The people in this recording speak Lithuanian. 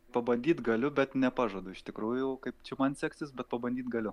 pabandyt galiu bet nepažadu iš tikrųjų kaip čia man seksis bet pabandyt galiu